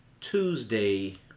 Tuesday